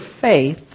faith